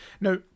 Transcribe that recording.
now